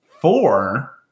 Four